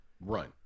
run